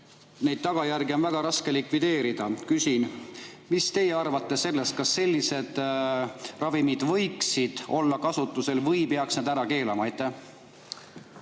sest tagajärgi võib olla väga raske likvideerida. Mis teie arvate sellest, kas sellised ravimid võivad olla kasutusel või peaks need ära keelama? Suur